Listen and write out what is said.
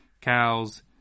cows